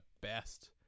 best